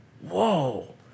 Whoa